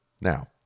Now